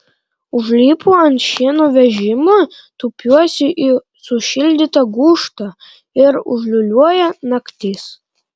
užlipu ant šieno vežimo tupiuosi į sušildytą gūžtą ir užliūliuoja naktis